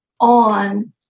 on